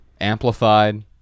amplified